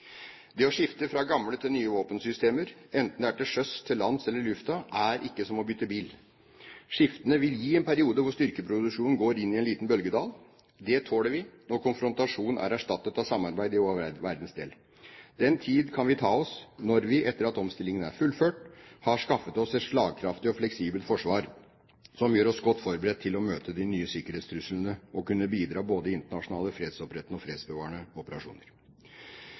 Det å skifte fra gamle til nye våpensystemer, enten det er til sjøs, til lands eller i lufta, er ikke som å bytte bil. Skiftene vil gi en periode hvor styrkeproduksjonen går inn i en liten bølgedal. Det tåler vi når konfrontasjon er erstattet av samarbeid i vår verdensdel. Den tiden kan vi ta oss når vi, etter at omstillingen er fullført, har skaffet oss et slagkraftig og fleksibelt forsvar som gjør oss godt forberedt til å møte de nye sikkerhetstruslene og til å kunne bidra både i internasjonale fredsopprettende og fredsbevarende operasjoner.